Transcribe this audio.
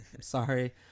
Sorry